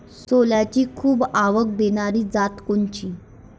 सोल्याची खूप आवक देनारी जात कोनची?